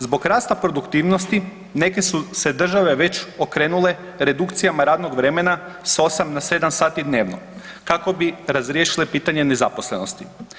Zbog rasta produktivnosti neke su se države već okrenule redukcijama radnog vremena sa 8 na 7 sati dnevno kako bi razriješile pitanje nezaposlenosti.